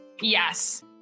Yes